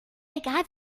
egal